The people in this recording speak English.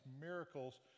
miracles